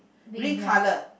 green color